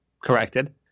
corrected